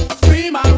scream